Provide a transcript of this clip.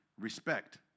respect